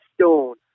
stone